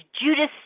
Judas